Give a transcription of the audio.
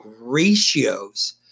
ratios